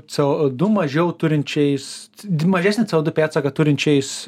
c o du mažiau turinčiais mažesnį c o du pėdsaką turinčiais